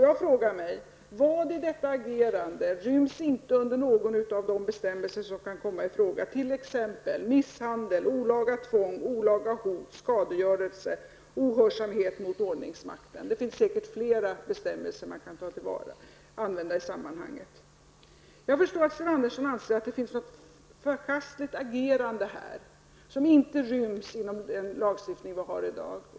Jag frågar mig: Vad i detta agerande ryms inte under någon av de bestämmelser som kan komma i fråga, t.ex. om misshandel, olaga tvång, olaga hot, skadegörelse, ohörsamhet mot ordningsmakten? Det finns säkert flera bestämmelser som man kan använda i sammanhanget. Sten Andersson anser tydligen att det förekommer något förkastligt agerande här som inte ryms inom den lagstiftning vi har i dag.